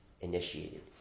initiated